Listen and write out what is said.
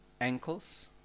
ankles